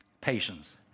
patience